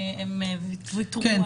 ויתרו עליה.